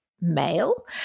male